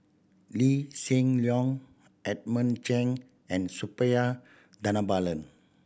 Lee Hsien Loong Edmund Chen and Suppiah Dhanabalan